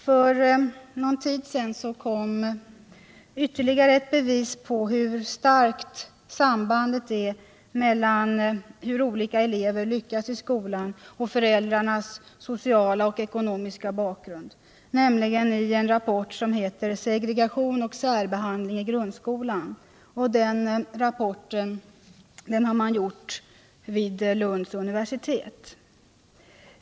För någon tid sedan kom ytterligare ett bevis på hur starkt sambandet är mellan hur olika elever lyckas i skolan och föräldrarnas sociala och ekonomiska bakgrund, nämligen i rapporten Segregation och särbehandling i grundskolan, som gjorts vid Lunds universitet.